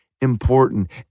important